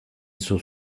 dizu